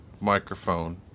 microphone